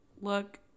look